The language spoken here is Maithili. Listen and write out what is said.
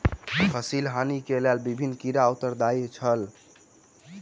फसिल हानि के लेल विभिन्न कीड़ा उत्तरदायी छल